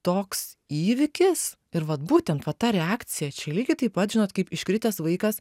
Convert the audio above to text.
toks įvykis ir vat būtent va ta reakcija čia lygiai taip pat žinot kaip iškritęs vaikas